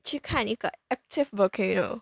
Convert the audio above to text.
去看一个 active volcano